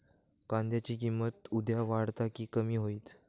कांद्याची किंमत उद्या वाढात की कमी होईत?